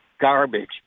garbage